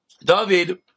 David